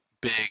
big